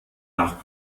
nach